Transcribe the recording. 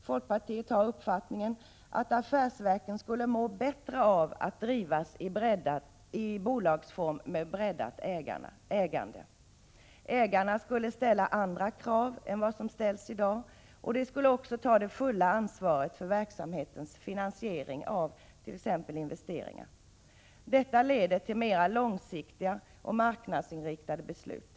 Folkpartiets uppfattning är att affärsverken skulle må bättre av att drivas i bolagsform med breddat ägande. Ägarna skulle ställa andra krav än dem som ställs i dag, och de skulle också ta det fulla ansvaret för verksamhetens finansiering av t.ex. investeringar. Detta leder till mera långsiktiga och marknadsinriktade beslut.